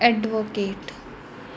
advocate